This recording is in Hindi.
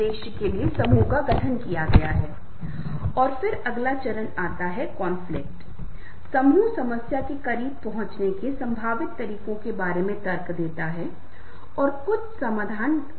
यदि कोई व्यक्ति यह दिखा रहा है कि मैं एक पद पर हूँ और मैं जो चाहे कर सकता हूँ नहीं वह एक सफल नेता नहीं हो सकता है कुछ समय के लिए अस्थायी रूप से लोग बाहर से किसी प्रकार का भय दिखाएंगे लेकिन दीर्घकालिक रूप में कोई भी पालन नहीं करेगा कोई किसी भी तरह का सम्मान नहीं देगा कोई भी प्रेरित महसूस नहीं करेगा